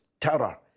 terror